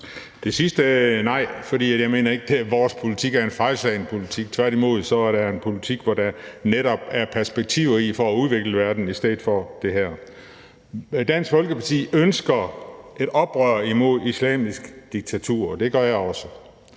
det sidste: Nej, for jeg mener ikke, at vores politik er en fejlslagen politik. Tværtimod er det en politik, som der netop er perspektiver i til at udvikle verden i stedet for det her. Dansk Folkeparti ønsker et oprør imod islamisk diktatur, og det gør jeg også,